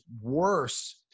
worse